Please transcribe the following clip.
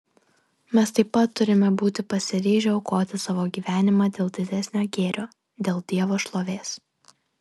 mes taip pat turime būti pasiryžę aukoti savo gyvenimą dėl didesnio gėrio dėl dievo šlovės